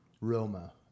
Roma